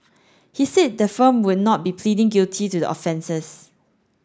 he said the firm would not be pleading guilty to the offences